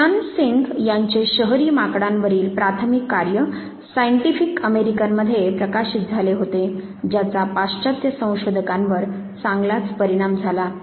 शिवदान सिंग यांचे शहरी माकडांवरील प्राथमिक कार्य 'सायिंटीफिक अमेरिकन' मध्ये प्रकाशित झाले होते ज्याचा पाश्चात्य संशोधकांवर चांगलाच परिणाम झाला